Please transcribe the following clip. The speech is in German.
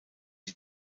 die